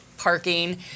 Parking